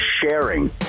sharing